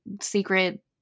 secret